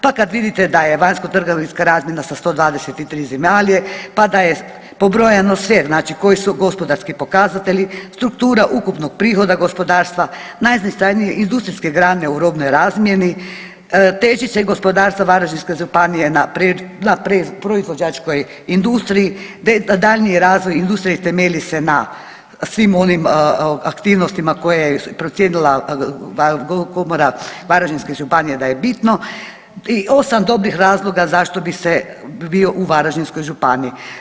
Pa kada vidite da je vanjsko-trgovinska razmjena sa 123 zemlje, pa da je pobrojano sve znači koji su gospodarski pokazatelji, struktura ukupnog prihoda gospodarstva, najznačajnije industrijske grane u robnoj razmjeni, težište gospodarstva Varaždinske županije na proizvođačkoj industriji te daljnji razvoj industrije temelji se na svim onim aktivnostima koje je procijenila Komora Varaždinske županije da je bitno i 8 dobrih razloga zašto bi bio u Varaždinskoj županiji.